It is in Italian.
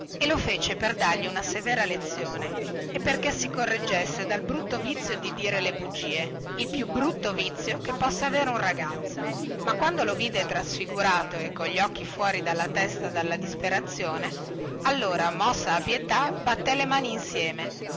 e lo fece per dargli una severa lezione perché si correggesse dal brutto vizio di dire le bugie il più brutto vizio che possa avere un ragazzo ma quando lo vide trasfigurato e cogli occhi fuori della testa dalla gran disperazione allora mossa a pietà batté le mani insieme